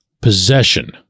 possession